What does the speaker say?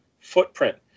footprint